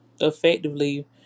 effectively